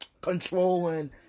Controlling